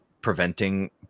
preventing